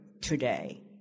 today